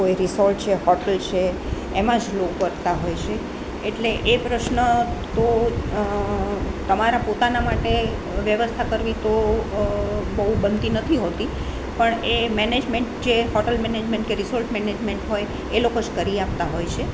કોઈ રિસોર્ટ છે હોટલ છે એમાં જ લોકો કરતાં હોય છે એટલે એ પ્રશ્ન તો તમારા પોતાના માટે વ્યવસ્થા કરવી તો બહુ બનતી નથી હોતી પણ એ મેનેજમેન્ટ જે હોટલ મેનેજમેન્ટ રિસોર્ટ મેનેજમેન્ટ હોય એ લોકો જ કરી આપતા હોય છે